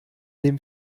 dem